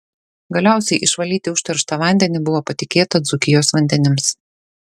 galiausiai išvalyti užterštą vandenį buvo patikėta dzūkijos vandenims